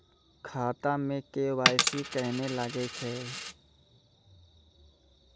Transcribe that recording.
खाता मे के.वाई.सी कहिने लगय छै?